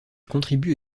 contribue